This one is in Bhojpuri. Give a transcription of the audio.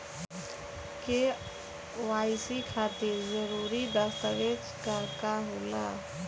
के.वाइ.सी खातिर जरूरी दस्तावेज का का होला?